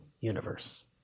universe